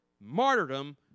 martyrdom